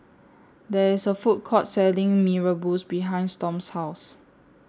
There IS A Food Court Selling Mee Rebus behind Storm's House